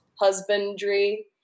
husbandry